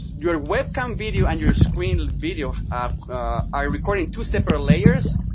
your webcam video and your screen video are recording two separate layers,